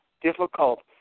difficult